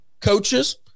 coaches